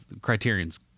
Criterion's